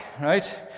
right